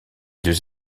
deux